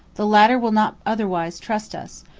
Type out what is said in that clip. the latter will not otherwise trust us,